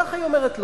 ככה היא אומרת לו.